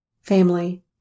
family